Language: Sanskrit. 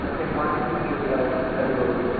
तस्य क्वाण्टिटि कति भवति